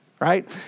right